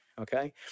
okay